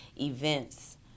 events